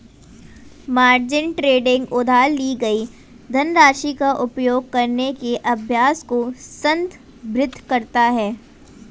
margin trading उधार ली गई धनराशि का उपयोग करने के अभ्यास को संदर्भित करता है